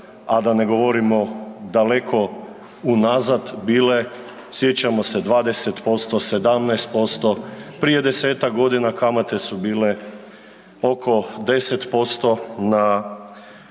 a da ne govorimo daleko unazad bile sjećamo se 20%, 17%, prije desetak godina kamate su bile oko 10% na